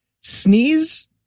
sneeze-